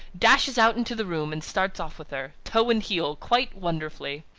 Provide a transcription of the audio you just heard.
dashes out into the room, and starts off with her, toe and heel, quite wonderfully.